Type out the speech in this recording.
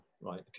right